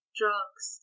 drugs